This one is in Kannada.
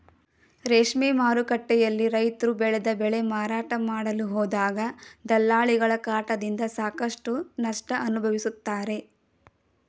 ರೇಷ್ಮೆ ಮಾರುಕಟ್ಟೆಯಲ್ಲಿ ರೈತ್ರು ಬೆಳೆದ ಬೆಳೆ ಮಾರಾಟ ಮಾಡಲು ಹೋದಾಗ ದಲ್ಲಾಳಿಗಳ ಕಾಟದಿಂದ ಸಾಕಷ್ಟು ನಷ್ಟ ಅನುಭವಿಸುತ್ತಾರೆ